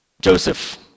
Joseph